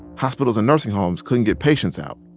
hospitals and nursing homes couldn't get patients out.